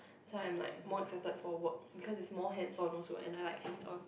this one an like more excited for work because is more hand on work and then like hand on